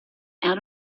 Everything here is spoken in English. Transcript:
out